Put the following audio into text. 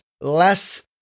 less